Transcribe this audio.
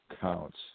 Counts